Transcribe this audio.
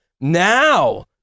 now